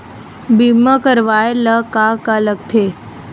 बीमा करवाय ला का का लगथे?